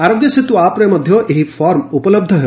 ଆରୋଗ୍ୟ ସେତୁ ଆପ୍ରେ ମଧ୍ୟ ଏହି ଫର୍ମ ଉପଲବ୍ଧ ହେବ